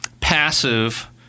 passive